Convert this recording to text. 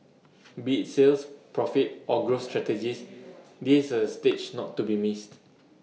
be IT sales profit or growth strategies this is A stage not to be missed